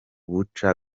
buca